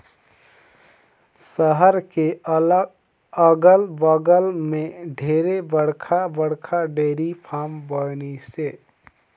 सहर के अगल बगल में ढेरे बड़खा बड़खा डेयरी फारम बनिसे